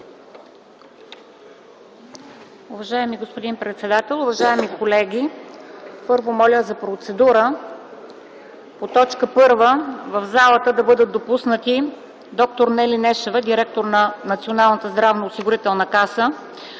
Уважаеми господин председател, уважаеми колеги! Първо моля за процедура – по точка първа в залата да бъдат допуснати: д-р Нели Нешева – директор на Националната здравноосигурителна каса,